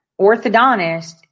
orthodontist